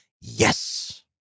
yes